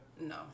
No